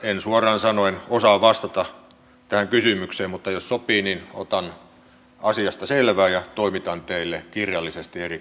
en suoraan sanoen osaa vastata tähän kysymykseen mutta jos sopii niin otan asiasta selvää ja toimitan teille kirjallisesti erikseen vastauksen